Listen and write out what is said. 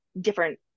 different